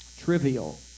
Trivial